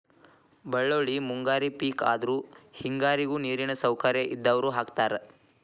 ಬಳ್ಳೋಳ್ಳಿ ಮುಂಗಾರಿ ಪಿಕ್ ಆದ್ರು ಹೆಂಗಾರಿಗು ನೇರಿನ ಸೌಕರ್ಯ ಇದ್ದಾವ್ರು ಹಾಕತಾರ